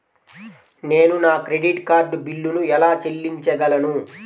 నేను నా credit card బిల్లును ఎలా చెల్లించగలను?